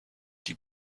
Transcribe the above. die